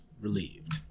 relieved